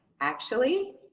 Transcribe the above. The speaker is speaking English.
actually,